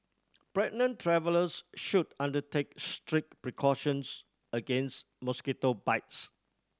pregnant travellers should undertake strict precautions against mosquito bites